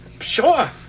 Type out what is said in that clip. sure